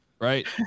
right